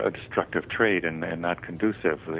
ah destructive trait and and not conducive,